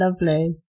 lovely